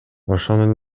ошонун